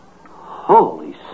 Holy